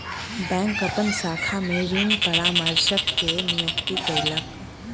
bank अपन शाखा में ऋण परामर्शक के नियुक्ति कयलक